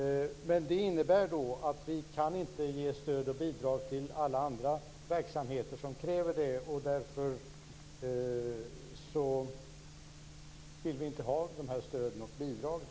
Detta innebär dock att vi inte kan ge stöd och bidrag till alla andra verksamheter som kräver det. Därför vill vi inte ha de här stöden och bidragen.